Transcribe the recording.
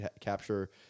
capture